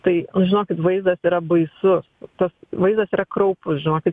tai nu žinokit vaizdas yra baisus tas vaizdas yra kraupus žinokit